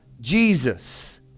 Jesus